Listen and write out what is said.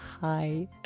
hi